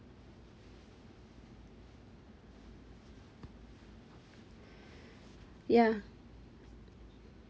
ya